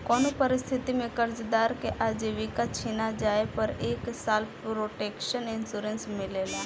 कउनो परिस्थिति में कर्जदार के आजीविका छिना जिए पर एक साल प्रोटक्शन इंश्योरेंस मिलेला